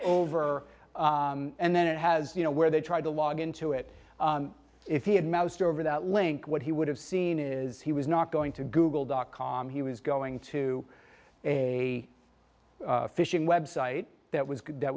over and then it has you know where they tried to log into it if he had mouse over that link what he would have seen is he was not going to google dot com he was going to a phishing website that was good that